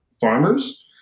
farmers